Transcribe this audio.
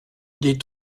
des